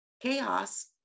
chaos